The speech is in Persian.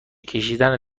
کشیدن